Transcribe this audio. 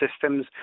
systems